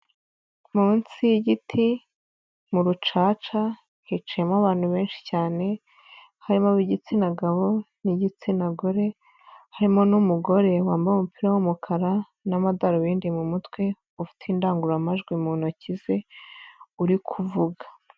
Munsi y'igiti mu rucaca hicayemo abantu benshi cyane harimo ab'igitsina gabo n'igitsina gore, harimo n'umugore wambaye umupira w'umukara n'amadarubindi mu mutwe ufite indangururamajwi mu ntoki ze uri kuvuga.